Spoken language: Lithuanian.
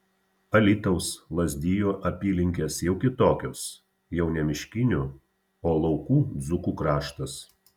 alytaus lazdijų apylinkės jau kitokios jau ne miškinių o laukų dzūkų kraštas